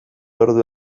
ordu